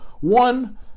One